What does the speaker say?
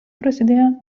prasidėjo